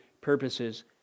purposes